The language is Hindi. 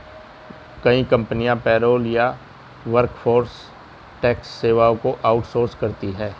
कई कंपनियां पेरोल या वर्कफोर्स टैक्स सेवाओं को आउट सोर्स करती है